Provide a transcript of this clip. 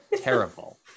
terrible